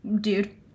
dude